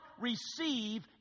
receive